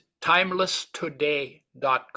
TimelessToday.com